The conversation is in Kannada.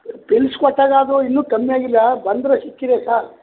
ಪಿಲ್ಸ್ ಕೊಟ್ಟಾಗ ಅದು ಇನ್ನೂ ಕಮ್ಮಿಯಾಗಿಲ್ಲ ಬಂದರೆ ಸಿಕ್ ತೀರಾ ಸಾರ್